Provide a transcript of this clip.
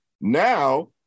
Now